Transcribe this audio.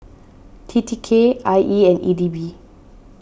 T T K I E and E D B